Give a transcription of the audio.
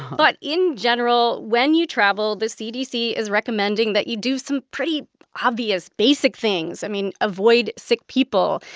but in general, when you travel, the cdc is recommending that you do some pretty obvious, basic things i mean, avoid sick people,